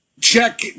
check